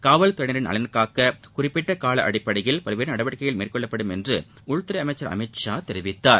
காவல்துறையினரின் நலன்காக்க குறிப்பிட்ட கால அடிப்படையில் பல்வேறு நடவடிக்கைகள் மேற்கொள்ளப்படும் என்று உள்துறை அமைச்சர் அமித் ஷா தெரிவித்துள்ளார்